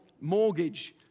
mortgage